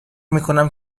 میکنم